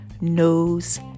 knows